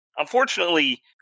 Unfortunately